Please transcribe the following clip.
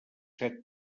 set